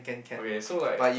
okay so like